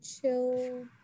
chill